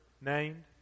named